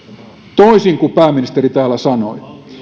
toisin kuin pääministeri täällä sanoi